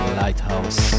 lighthouse